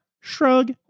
shrug